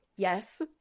Yes